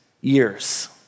years